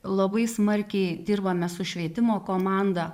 labai smarkiai dirbame su švietimo komanda